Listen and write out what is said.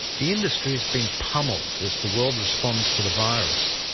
the industry has been pummelled as the world response to the virus.